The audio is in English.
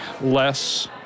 less